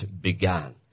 began